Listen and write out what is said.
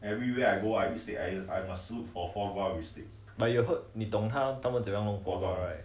but you heard 你懂他们怎么样弄 foie gras right